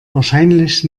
wahrscheinlich